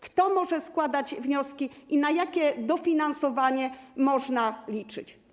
Kto może składać wnioski i na jakie dofinansowanie można liczyć?